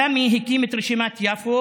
סמי הקים את רשימת יפו,